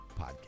podcast